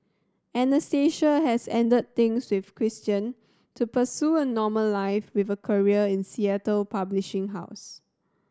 Anastasia has ended things with Christian to pursue a normal life with a career in Seattle publishing house